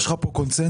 יש לך כאן קונצנזוס.